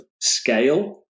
scale